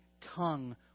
tongue